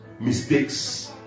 mistakes